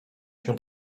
się